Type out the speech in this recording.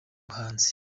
buhanzi